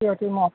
খিৰতী ম'হ